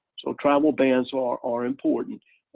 so travel bans are are important,